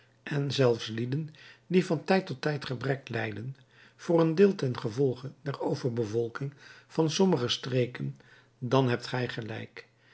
en zelfs lieden die van tijd tot tijd gebrek lijden voor een deel ten gevolge der overbevolking van sommige streken dan hebt gij gelijk